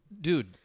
Dude